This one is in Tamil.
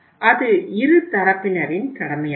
அது இரு தரப்பினரின் கடமையாகும்